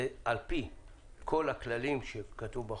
זה על פי כל הכללים שכתובים בחוק.